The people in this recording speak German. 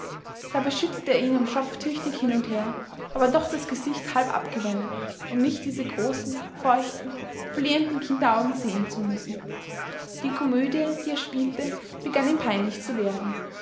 dabei schüttelte er ihn am schopf tüchtig hin und her aber doch das gesicht halb abgewendet um nicht diese großen feuchten flehenden kinderaugen sehen zu müssen die komödie die er spielte begann ihm peinlich zu werden